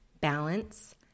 balance